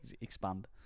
expand